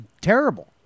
terrible